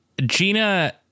Gina